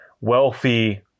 wealthy